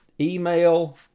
email